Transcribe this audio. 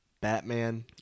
batman